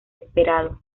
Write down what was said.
esperado